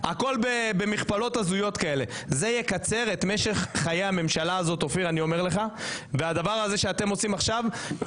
קודם, ואני אומר לך שזה לא